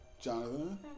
Jonathan